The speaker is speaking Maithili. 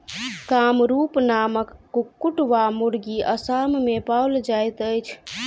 कामरूप नामक कुक्कुट वा मुर्गी असाम मे पाओल जाइत अछि